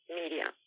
media